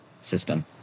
system